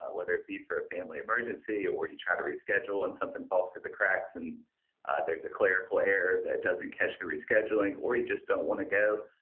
ah whether it be for a family emergency or you try to reschedule and something falls through the cracks and there's a clerical error that doesn't catch the rescheduling, or you just don't want to go,